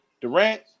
Durant